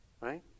Right